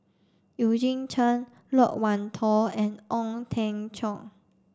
Eugene Chen Loke Wan Tho and Ong Teng Cheong